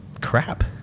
crap